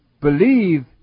Believe